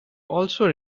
also